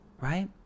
right